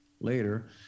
later